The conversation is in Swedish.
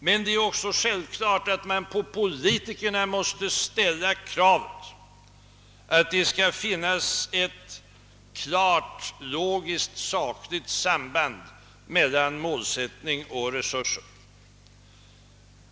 Men det är också självklart att man på politikerna måste ställa kravet att det skall finnas ett klart 10ogiskt och sakligt samband mellan mål sättning och resurser.